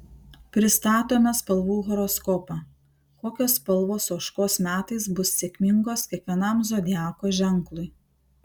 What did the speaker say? pristatome spalvų horoskopą kokios spalvos ožkos metais bus sėkmingos kiekvienam zodiako ženklui